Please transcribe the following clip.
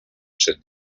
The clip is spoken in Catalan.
set